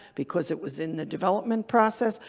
because it was in the development process.